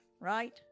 Right